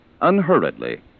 unhurriedly